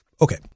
Okay